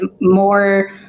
more